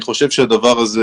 אני חושב שהדבר הזה